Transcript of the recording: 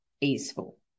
easeful